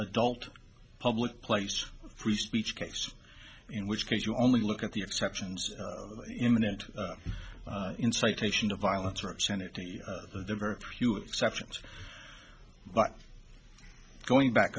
adult public place free speech case in which case you only look at the exceptions imminent incitation of violence or obscenity the very few exceptions but going back